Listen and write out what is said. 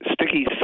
sticky